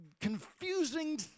confusing